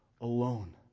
alone